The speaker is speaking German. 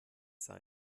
sein